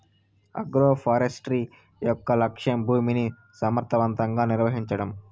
agroforestry యొక్క లక్ష్యం భూమిని సమర్ధవంతంగా నిర్వహించడం